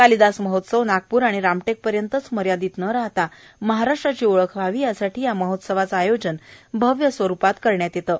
कालिदास महोत्सव नागपूर आणि रामटेकपर्यंत न राहता महाराष्ट्राची ओळख व्हावी यासाठी या महोत्सवाचे आयोजन भव्य स्वरुपात करण्यात येत आहे